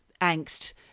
angst